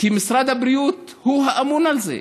משרד הבריאות הוא האמון על זה.